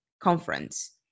conference